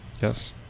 Yes